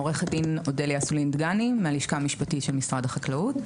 אני עו"ד מהלשכה המשפטית של משרד החקלאות.